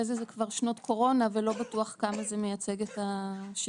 זה זה גם שנות קורונה ולא בטוח כמה זה מייצג את השגרה.